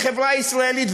בחברה הישראלית,